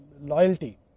loyalty